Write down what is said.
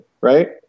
right